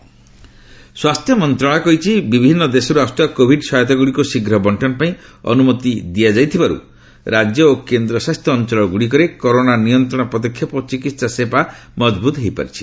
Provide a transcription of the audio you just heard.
ଗଭ୍ medical supply ସ୍ୱାସ୍ଥ୍ୟ ମନ୍ତ୍ରଣାଳୟ କହିଛି ବିଦେଶରୁ ଆସୁଥିବା କୋଭିଡ୍ ସହାୟତାଗୁଡ଼ିକୁ ଶୀଘ୍ର ବଣ୍ଟନ ପାଇଁ ଅନୁମତି ଦିଆଯାଇଥିବାରୁ ରାଜ୍ୟ ଓ କେନ୍ଦ୍ରଶାସିତ ଅଞ୍ଚଳଗ୍ରଡ଼ିକରେ କରୋନା ନିୟନ୍ତ୍ରଣ ପଦକ୍ଷେପ ଓ ଚିକିତ୍ସା ସେବା ମଜବୁତ୍ ହୋଇପାରିଛି